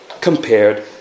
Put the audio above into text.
compared